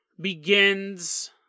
begins